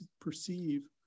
perceive